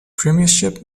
premiership